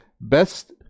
Best